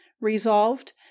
Resolved